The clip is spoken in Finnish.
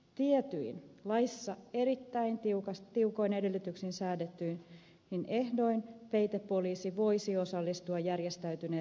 tietyin laissa erittäin tiukoin edellytyksin säädetyin ehdoin peitepoliisi voisi osallistua järjestäytyneen rikollisuusryhmän toimintaan